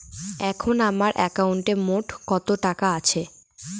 এখন আমার একাউন্টে মোট কত টাকা আছে?